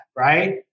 right